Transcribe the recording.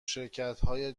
شرکتهای